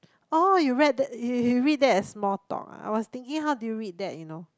oh you read that y~ you read that as small talk I was thinking how you read that you know